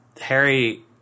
Harry